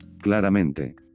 claramente